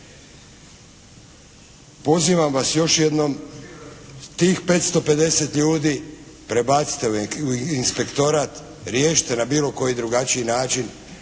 Pozivam vas još jednom tih 550 ljudi prebacite u inspektorat, riješite na bilo koji drugačiji način